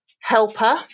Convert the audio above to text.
helper